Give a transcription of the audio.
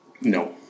no